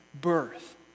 birth